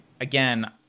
again